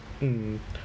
mm